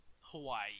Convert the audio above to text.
hawaii